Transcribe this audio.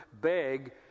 beg